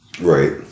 Right